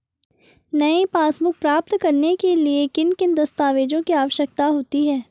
नई पासबुक प्राप्त करने के लिए किन दस्तावेज़ों की आवश्यकता होती है?